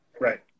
Right